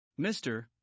Mr